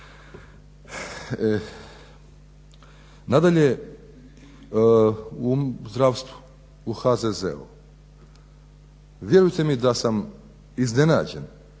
Nadalje, u zdravstvu u HZZ-u. Vjerujte mi da sam iznenađen